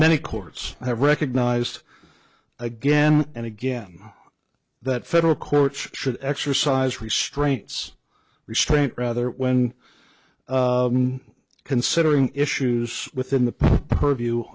many courts have recognized again and again that federal courts should exercise restraints restraint rather when considering issues within the purview